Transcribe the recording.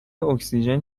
اکسیژن